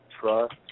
Trust